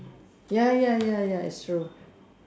ya ya ya ya it's true